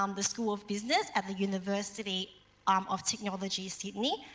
um the school of business at the university um of technology, sydney.